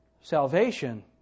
Salvation